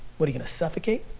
what are you gonna suffocate?